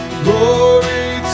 glory